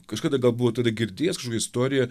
kažkada gal buvau tada girdėjęs kažkokią istoriją